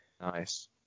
Nice